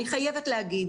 אני חייבת להגיד